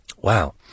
Wow